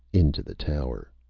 into the tower.